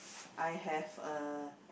I have a